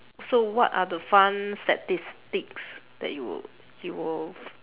so what are the fun statistics that you will you will